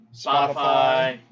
spotify